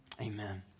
Amen